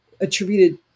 attributed